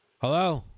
Hello